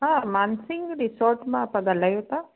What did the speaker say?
हा मानसिंग रिसॉर्ट मां था ॻाल्हायो तव्हां